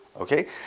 Okay